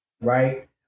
right